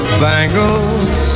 bangles